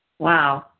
Wow